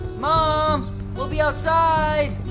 ah um we'll be outside!